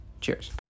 Cheers